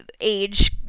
age